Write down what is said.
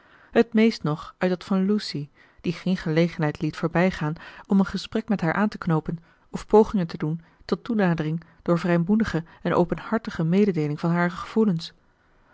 het meest nog uit dat van lucy die geen gelegenheid liet voorbijgaan om een gesprek met haar aan te knoopen of pogingen te doen tot toenadering door vrijmoedige en openhartige mededeeling van hare gevoelens